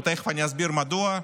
ותכף אני אסביר מדוע,